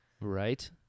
Right